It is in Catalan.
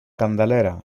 candelera